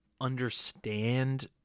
understand